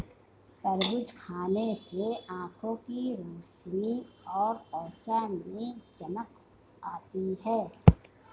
तरबूज खाने से आंखों की रोशनी और त्वचा में चमक आती है